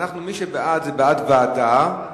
מי שבעד, בעד ועדה,